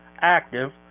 active